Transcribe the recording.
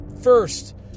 first